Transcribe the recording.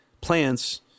plants